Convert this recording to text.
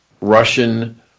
Russian